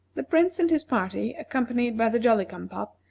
the prince and his party, accompanied by the jolly-cum-pop,